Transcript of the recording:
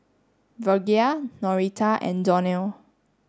Virgia Norita and Donell